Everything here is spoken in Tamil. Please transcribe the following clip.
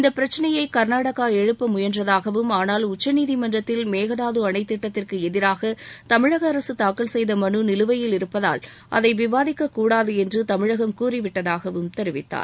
இந்த பிரச்சினையை கர்நாடகா எழுப்ப முயன்றதாகவும் ஆனால் உச்சநீதிமன்றத்தில் மேகதாது அணைத் திட்டத்திற்கு எதிராக தமிழக அரசு தாக்கல் செய்த மனு நிலுவையில் இருப்பதால் அதை விவாதிக்கக் கூடாது என்று தமிழகம் கூறிவிட்டதாகவும் தெரிவித்தார்